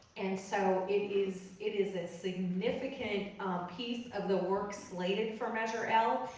and so it is it is a significant piece of the work slated for measure l.